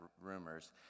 Rumors